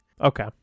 okay